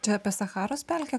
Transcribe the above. čia apie sacharos pelkę